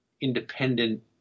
independent